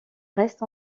reste